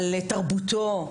על תרבותו,